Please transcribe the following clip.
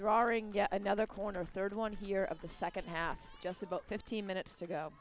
draw another corner third one here of the second half just about fifteen minutes to go